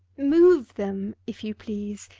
move them if you please.